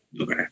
Okay